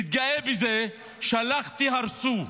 מתגאה בזה: שלחתי, הרסו.